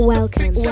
Welcome